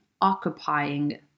occupying